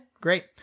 great